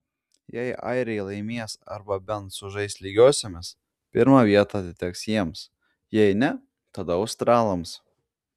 jei airiai laimės arba bent sužais lygiosiomis pirma vieta atiteks jiems jei ne tada australams